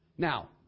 Now